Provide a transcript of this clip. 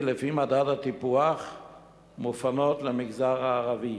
לפי מדד הטיפוח מופנות למגזר הערבי.